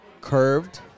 curved